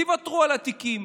תוותרו על התיקים,